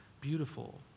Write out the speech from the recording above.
beautiful